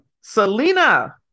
Selena